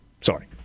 Sorry